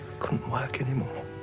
couldn't work any more.